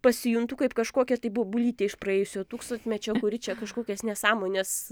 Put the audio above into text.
pasijuntu kaip kažkokia tai bobulytė iš praėjusio tūkstantmečio kuri čia kažkokias nesąmones